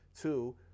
Two